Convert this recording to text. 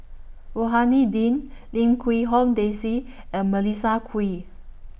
Rohani Din Lim Quee Hong Daisy and Melissa Kwee